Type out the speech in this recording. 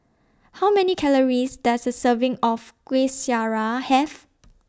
How Many Calories Does A Serving of Kuih Syara Have